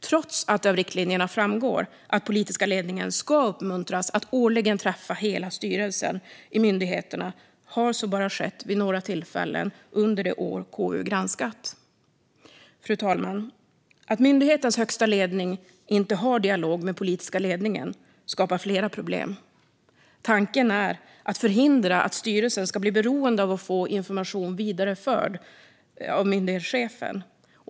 Trots att det av riktlinjerna framgår att den politiska ledningen ska uppmuntras att årligen träffa hela styrelsen i myndigheterna har så bara skett vid några tillfällen under det år KU granskat. Fru talman! Att myndighetens högsta ledning inte har dialog med den politiska ledningen skapar flera problem. Tanken är att man ska förhindra att styrelsen ska bli beroende av att få information vidarebefordrad av myndighetschefen.